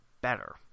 better